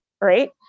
right